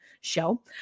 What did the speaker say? show